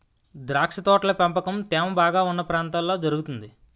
ద్రాక్ష తోటల పెంపకం తేమ బాగా ఉన్న ప్రాంతాల్లో జరుగుతుంది